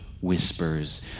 whispers